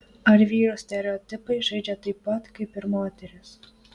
ar vyrus stereotipai žeidžia taip pat kaip ir moteris